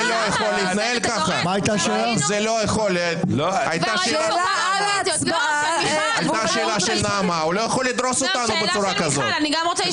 אתה לא יכול לדרוס אותנו בצורה כזאת.